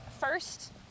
first